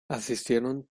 asistieron